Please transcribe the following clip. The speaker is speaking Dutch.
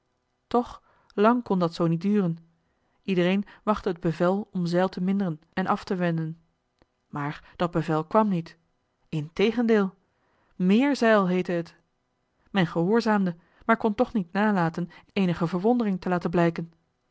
toch lang kon dat zoo niet duren iedereen wachtte het bevel om zeil te minderen en af te wenden maar dat bevel kwam niet integendeel méér zeil heette het men gehoorzaamde maar kon toch niet nalaten eenige verwondering te laten blijken